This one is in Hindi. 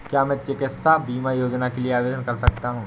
क्या मैं चिकित्सा बीमा योजना के लिए आवेदन कर सकता हूँ?